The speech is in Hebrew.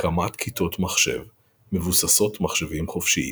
הקמת כיתות מחשב מבוססות מחשבים חופשיים.